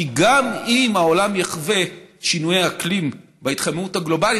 כי גם אם העולם יחווה שינויי אקלים בהתחממות הגלובלית,